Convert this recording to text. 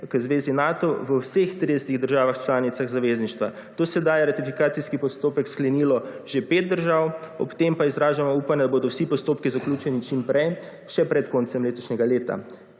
k Zvezi Nato v vseh 30 državah članicah zavezništva. Do sedaj je ratifikacijski postopek sklenilo že 5 držav ob tem pa izražamo upanja, da bodo vsi postopki zaključeni čim prej še pred koncem letošnjega leta.